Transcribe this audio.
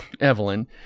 Evelyn